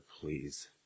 please